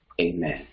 Amen